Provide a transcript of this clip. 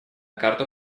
карту